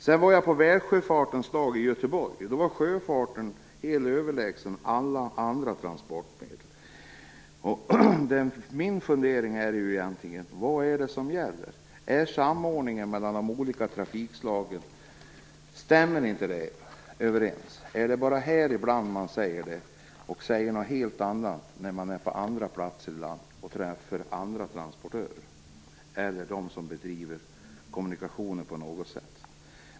Sedan var jag på Världssjöfartens dag i Göteborg, och då var sjöfarten helt överlägsen alla andra transportmedel. Min fundering är nu: Vad är det som gäller egentligen? Stämmer inte samordningen mellan de olika trafikslagen? Är det bara här i riksdagen man säger det ibland? Säger man något helt annat när man är på andra platser i landet och träffar andra transportörer eller dem som bedriver kommunikationer på något sätt?